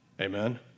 Amen